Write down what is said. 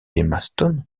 maston